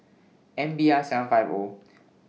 M B R seven five O